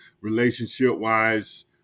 relationship-wise